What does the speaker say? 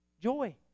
joy